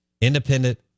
Independent